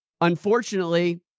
unfortunately